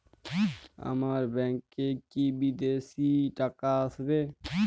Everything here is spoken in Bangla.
আমার ব্যংকে কি বিদেশি টাকা আসবে?